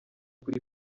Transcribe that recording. kuri